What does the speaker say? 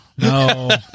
No